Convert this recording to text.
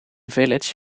village